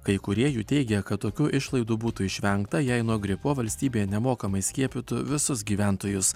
kai kurie jų teigia kad tokių išlaidų būtų išvengta jei nuo gripo valstybė nemokamai skiepyti visus gyventojus